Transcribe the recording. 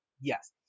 yes